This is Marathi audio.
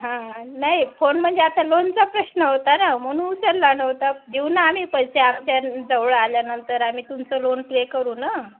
हां नाही फोन म्हणजे आता लोनचा प्रश्न होता ना म्हणून उचलला नव्हता देऊ ना आम्ही पैसे आमच्याजवळ आल्यानंतर आम्ही तुमचं लोन पे करू ना